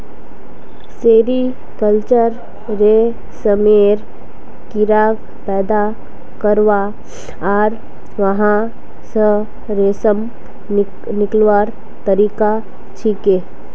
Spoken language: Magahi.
सेरीकल्चर रेशमेर कीड़ाक पैदा करवा आर वहा स रेशम निकलव्वार तरिका छिके